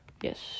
Yes